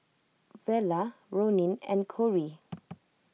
Vela Ronin and Corrie